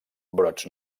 brots